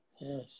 Yes